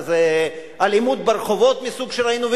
זה אלימות ברחובות מסוג שראינו,